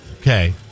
Okay